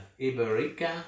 Iberica